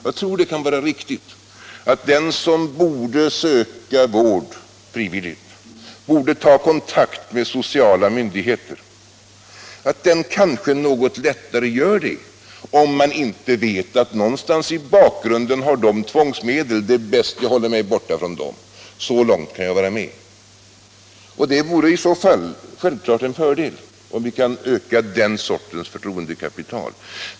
Jag tror att det kan vara riktigt, att den som borde söka vård frivilligt och ta kontakt med sociala myndigheter kanske något lättare gör det, om man inte vet att någonstans i bakgrunden har myndigheterna tvångsmedel och att det kanske därför är bäst att hålla sig borta från dem. Så långt kan jag vara med. Om vi kan öka den sortens förtroendekapital är det självfallet en fördel.